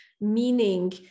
meaning